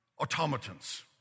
automatons